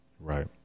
Right